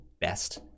best